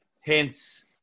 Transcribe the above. Hence